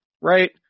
right